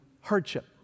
hardship